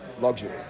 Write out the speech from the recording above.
luxury